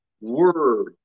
word